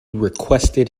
requested